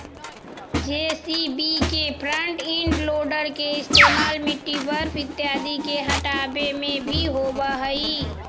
JCB के front end loader के इस्तेमाल मिट्टी, बर्फ इत्यादि के हँटावे में भी होवऽ हई